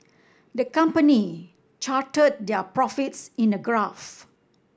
the company charted their profits in a graph